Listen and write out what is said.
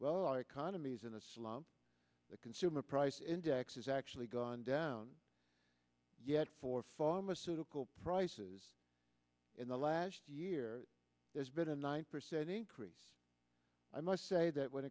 well our economy's in a slump the consumer price index has actually gone down yet for pharmaceutical prices in the last year there's been a nine percent increase i must say that when